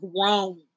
grown